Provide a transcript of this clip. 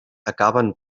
acaben